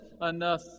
enough